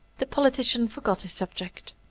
the politician forgot his subject.